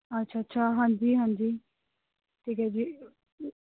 ਅੱਛਾ ਅੱਛਾ ਹਾਂਜੀ ਹਾਂਜੀ ਠੀਕ ਹੈ ਜੀ